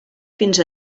fins